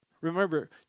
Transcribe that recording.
Remember